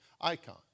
icon